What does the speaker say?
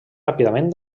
ràpidament